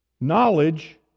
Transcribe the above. Knowledge